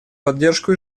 поддержку